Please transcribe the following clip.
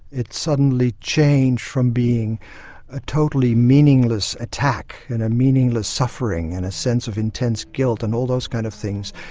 it suddenly changed from being a totally meaningless attack, and a meaningless suffering and a sense of intense guilt and all those kind of things,